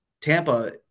Tampa